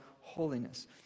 holiness